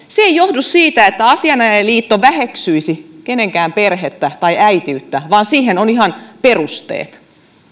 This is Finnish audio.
se ei johdu siitä että asianajajaliitto väheksyisi kenenkään perhettä tai äitiyttä vaan siihen on ihan perusteet